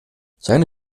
seine